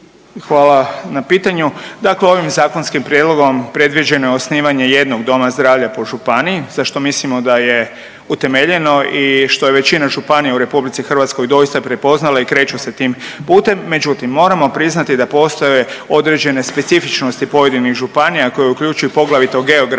Hvala na pitanju. Dakle ovim zakonskim prijedlogom predviđeno je osnivanje jednog doma zdravlja po županiji za što mislimo da je utemeljeno i što je većina županija u RH doista prepoznala i kreću se tim putem. Međutim, moramo priznati da postoje određene specifičnosti pojedinih županija koje uključuju poglavito geografsku